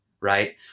Right